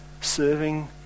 Serving